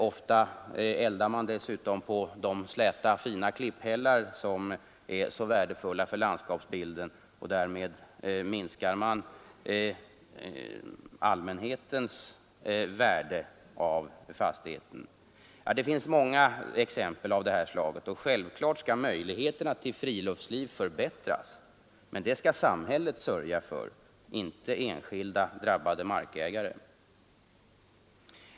Ofta eldar man dessutom på de släta, fina klipphällar som är så värdefulla för landskapsbilden, och därmed minskar det värde på fastigheten som allmänheten har glädje av. Det finns många exempel av det här slaget. Självfallet skall möjligheterna till friluftsliv förbättras, men det skall samhället sörja för, inte enskilda drabbade markägare.